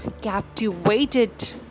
captivated